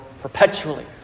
perpetually